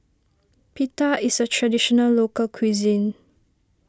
Pita is a Traditional Local Cuisine